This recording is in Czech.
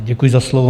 Děkuji za slovo.